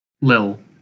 Lil